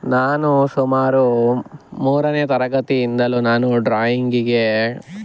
ನಾನು ಸುಮಾರು ಮೂರನೇ ತರಗತಿಯಿಂದಲೂ ನಾನು ಡ್ರಾಯಿಂಗಿಗೆ